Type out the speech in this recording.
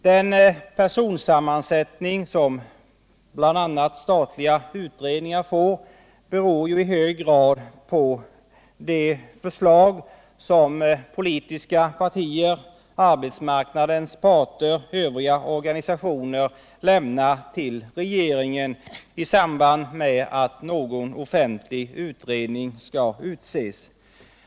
Den personsammansättning som bl.a. statliga utredningar får beror ju i hög grad på de förslag som politiska partier, arbetsmarknadens parter och övriga organisationer lämnar till regeringen i samband med att någon offentlig utredning skall utses.